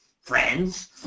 friends